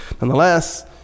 Nonetheless